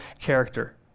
character